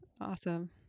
Awesome